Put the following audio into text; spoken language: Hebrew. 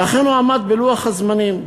ואכן הוא עמד בלוח הזמנים.